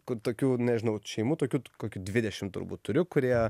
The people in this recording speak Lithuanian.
kur tokių nežinau šeimų tokių kokių dvidešim turbūt turiu kurie